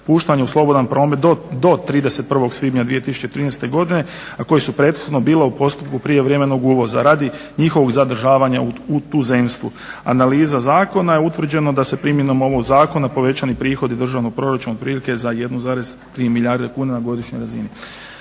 puštanje u slobodan promet do 31.svibnja 2013.godine a koji su prethodno bila u postupku prijevremenog uvoza radi njihovog zadržava u tuzemstvu. Analizom zakona je utvrđeno da se primjenom ovog zakona povećani prihodi državnom proračunu za otprilike 1,3 milijarde kuna na godišnjoj razini.